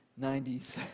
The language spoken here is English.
90s